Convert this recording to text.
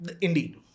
Indeed